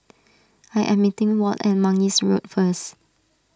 I am meeting Walt at Mangis Road first